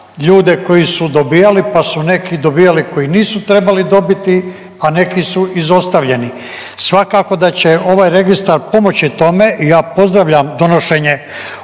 ljudi koji su dobijali pa su neki dobijali koji nisu trebali dobiti, a neki su izostavljeni. Svakako da će ovaj registar pomoći tome i ja pozdravljam donošenje